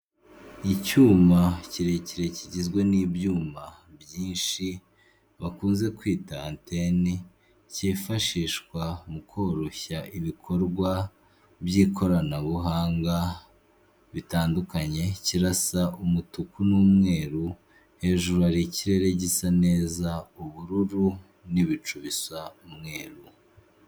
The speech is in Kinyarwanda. Icyuma kirekire kigizwe n'ibyuma byinshi bakunze kwita anteni, kifashishwa mu koroshya ibikorwa by'ikoranabuhanga bitandukanye, kirasa umutuku n'umweru hejuru yikirere gisa neza ubururu n'ibicu bisa umweru.